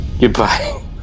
Goodbye